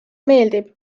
meeldib